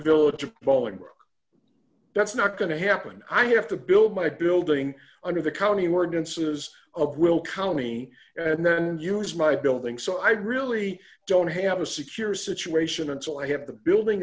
appalling that's not going to happen i have to build my building under the county ordinances of will county and then use my building so i really don't have a secure situation until i have the building